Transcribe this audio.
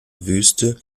wüste